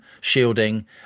shielding